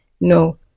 No